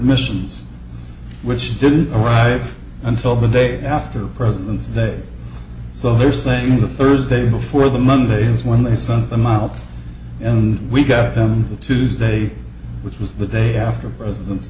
missions which didn't arrive until the day after president's day so they're saying the thursday before the monday is when they suck them out and we got them on tuesday which was the day after president's